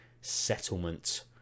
settlement